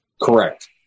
Correct